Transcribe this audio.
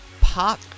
pop